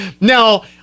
Now